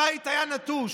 הבית היה נטוש,